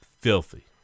Filthy